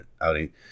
outing